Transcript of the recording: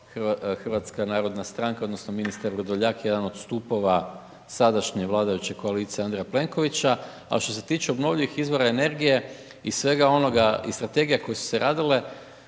je kontrolirao HNS, odnosno ministar Vrdoljak, jedan od stupova sadašnje vladajuće koalicije Andreja Plenkovića, ali što se tiče obnovljivih izvora energije i svega onoga, iz strategija koje su se radile,